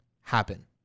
happen